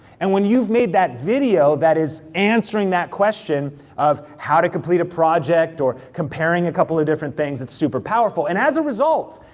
and when you've made that video, that is answering that question of how to complete a project, or comparing a couple of different things, it's super powerful. and as a result,